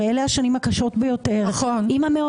הרי אלה השנים הקשות ביותר עם המעונות,